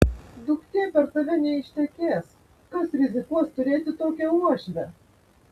duktė per tave neištekės kas rizikuos turėti tokią uošvę